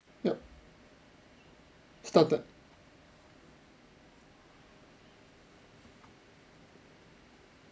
yup started